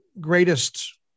greatest